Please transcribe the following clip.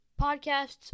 Podcasts